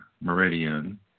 meridian